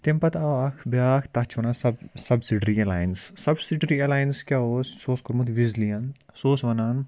تَمہِ پَتہٕ آو اکھ بیٛاکھ تَتھ چھِ وَنان sub subsidiary alliance subsidiary alliance کیٛاہ اوس سُہ اوس کوٚرمُت وِزلِیَن سُہ اوس وَنان